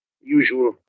usual